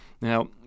Now